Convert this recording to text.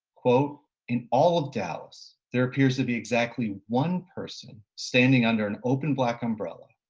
in all of dallas, there appears to be exactly one person standing under an open black umbrella.